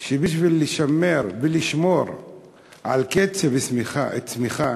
שבשביל לשמר ולשמור על קצב הצמיחה